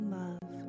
love